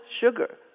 sugar